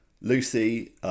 Lucy